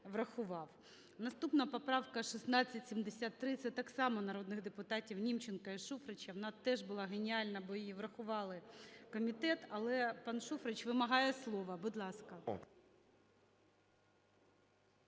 Наступна поправка 1673. Це так само народних депутатівНімченка і Шуфрича. Вона теж була геніальна, бо її врахував комітет, але пан Шуфрич вимагає слова. Будь ласка.